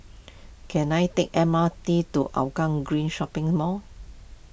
can I take M R T to Hougang Green Shopping Mall